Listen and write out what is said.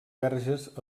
verges